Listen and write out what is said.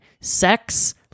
sex